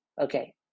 Okay